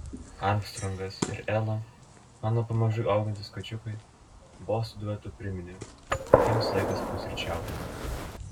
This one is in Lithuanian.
armstrongas ir ela mano pamažu augantys kačiukai bosų duetu priminė kad jiems laikas pusryčiauti